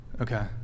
Okay